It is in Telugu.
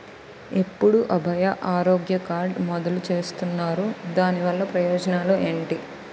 ఎప్పుడు అభయ ఆరోగ్య కార్డ్ మొదలు చేస్తున్నారు? దాని వల్ల ప్రయోజనాలు ఎంటి?